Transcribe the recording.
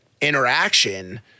interaction